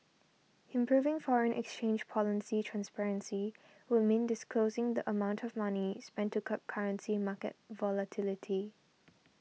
improving foreign exchange policy transparency would mean disclosing the amount of money spent to curb currency market volatility